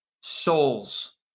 souls